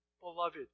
beloved